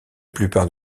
plupart